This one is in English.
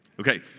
Okay